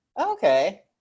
Okay